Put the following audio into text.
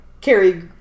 Carrie